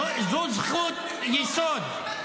זו זכות יסוד.